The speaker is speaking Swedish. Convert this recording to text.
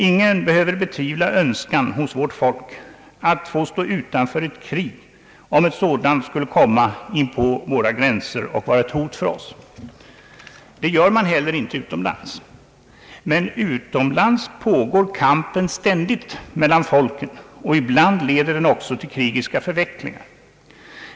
Ingen behöver betvivla önskan hos vårt folk att få stå utanför ett krig, om ett sådant skulle komma inpå våra gränser och vara ett hot för oss. Det gör man heller inte utomlands. Men utomlands pågår kampen ständigt mellan folken och ibland leder den också till krigiska förvecklingar.